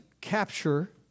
capture